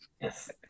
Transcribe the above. yes